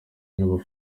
n’abana